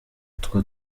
utwo